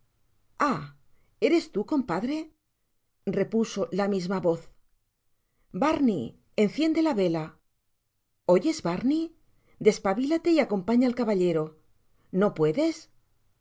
eres tu compadre repuso la misma vozbarney enciende la vela oyes barney des pavilatc y acompaña al caballero no puedes